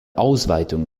ausweitung